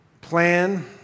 plan